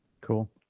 Cool